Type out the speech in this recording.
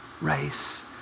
race